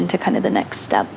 into kind of the next step